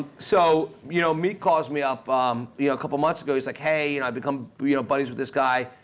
so you know meek calls me up um a ah couple months ago, he's like hey and i've become you know buddies with this guy,